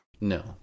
No